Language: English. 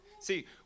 See